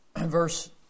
Verse